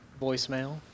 voicemail